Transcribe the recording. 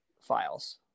files